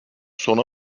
sona